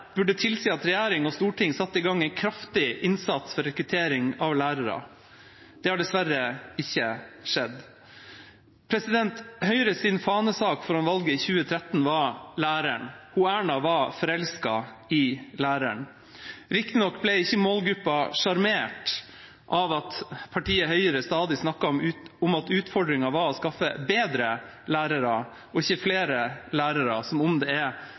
burde tilsi at regjering og storting satte i gang en kraftig innsats for rekruttering av lærere. Det har dessverre ikke skjedd. Høyres fanesak foran valget i 2013 var læreren – Erna var «forelska i lærer’n». Riktignok ble ikke målgruppen sjarmert av at partiet Høyre stadig snakket om at utfordringen var å skaffe bedre lærere, ikke flere lærere – som om det